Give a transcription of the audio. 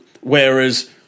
whereas